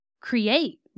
create